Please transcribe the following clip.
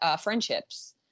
friendships